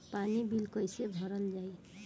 पानी बिल कइसे भरल जाई?